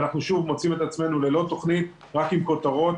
ואנחנו מוצאים את עצמנו ללא תוכנית, רק עם כותרות